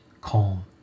calm